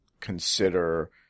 consider